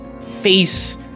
face